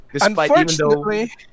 unfortunately